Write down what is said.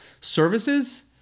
services